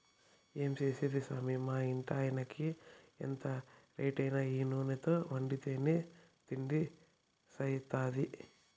ఏం చేసేది సామీ మా ఇంటాయినకి ఎంత రేటైనా ఈ నూనెతో వండితేనే తిండి సయిత్తాది